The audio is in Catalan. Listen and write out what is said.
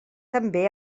també